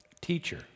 teacher